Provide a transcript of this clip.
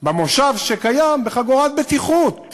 בחגורת בטיחות